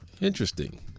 Interesting